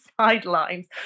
sidelines